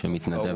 שמתנדב כאן.